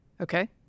Okay